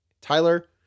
Tyler